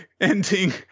ending